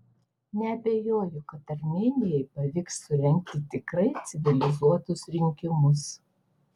neabejoju kad armėnijai pavyks surengti tikrai civilizuotus rinkimus